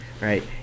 right